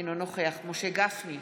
אינו נוכח משה גפני,